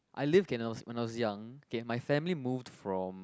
I live K when I was when I was young K my family moved from